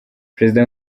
perezida